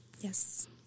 Yes